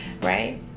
Right